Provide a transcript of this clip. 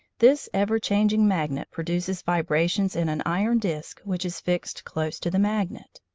this ever-changing magnet produces vibrations in an iron disc which is fixed close to the magnet.